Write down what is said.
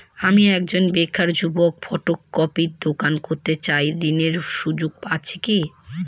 আমি একজন বেকার যুবক ফটোকপির দোকান করতে চাই ঋণের সুযোগ আছে কি?